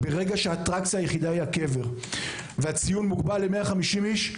ברגע שהאטרקציה היחידה היא הקבר והציון מוגבל ל-150 אנשים,